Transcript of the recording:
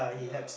yeah